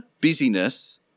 busyness